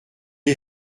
est